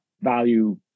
value